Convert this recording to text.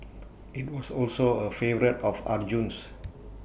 IT was also A favourite of Arjun's